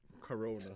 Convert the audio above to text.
Corona